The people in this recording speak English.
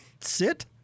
sit